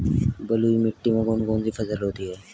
बलुई मिट्टी में कौन कौन सी फसल होती हैं?